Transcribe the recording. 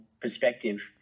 perspective